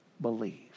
believe